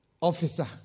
officer